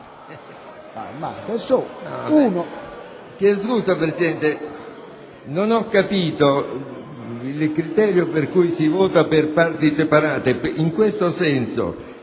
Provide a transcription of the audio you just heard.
non ho capito il criterio per cui si vota per parti separate. In ogni caso,